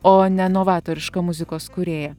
o ne novatorišką muzikos kūrėją